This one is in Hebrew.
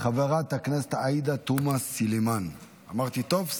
חברת הכנסת עאידה תומא סלימאן, אמרתי טוב?